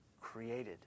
created